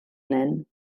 nen